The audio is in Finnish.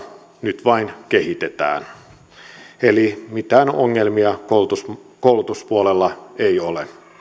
nyt vain kehitetään eli mitään ongelmia koulutuspuolella ei ole